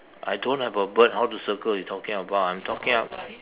I don't have a bird how to circle you talking about I'm talking about